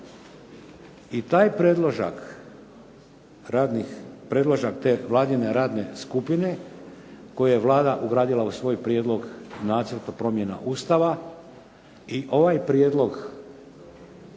i taj predložak te Vladine radne skupine koji je Vlada ugradila u svoj prijedlog Nacrta promjena Ustava i ovaj prijedlog